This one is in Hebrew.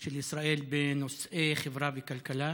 של ישראל בנושאי חברה וכלכלה.